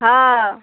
हँ